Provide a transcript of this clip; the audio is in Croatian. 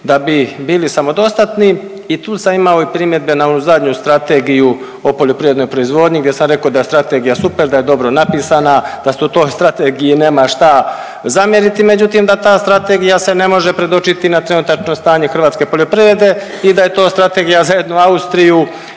da bi bili samodostatni? I tu sam imao primjedbe na onu zadnju Strategiju o poljoprivrednoj proizvodnji gdje sam rekao da je strategija super, da je dobro napisana, da se toj strategiji nema šta zamjeriti, međutim da ta strategija se ne može predočiti na trenutačno stanje hrvatske poljoprivrede i da je to strategija za jednu Austriju,